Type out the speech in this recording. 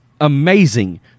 amazing